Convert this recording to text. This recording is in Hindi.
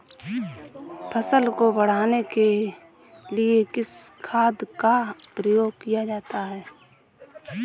फसल को बढ़ाने के लिए किस खाद का प्रयोग किया जाता है?